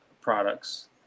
products